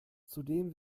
zudem